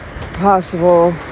Possible